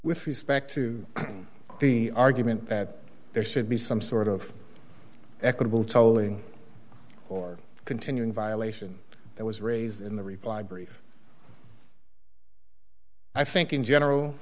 with respect to the argument that there should be some sort of equitable tolling or continuing violation that was raised in the reply brief i think in general